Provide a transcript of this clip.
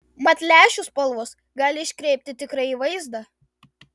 mat lęšių spalvos gali iškreipti tikrąjį vaizdą